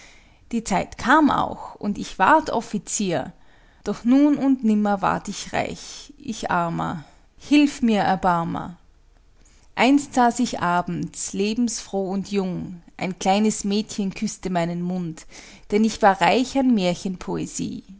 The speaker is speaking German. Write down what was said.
die zeit kam auch und ich ward offizier doch nun und nimmer ward ich reich ich armer hilf mir erbarmer einst saß ich abends lebensfroh und jung ein kleines mädchen küßte meinen mund denn ich war reich an